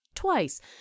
Twice